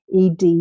ed